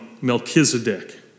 Melchizedek